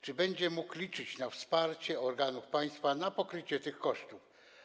czy będzie mógł liczyć na wsparcie organów państwa w pokryciu tych kosztów?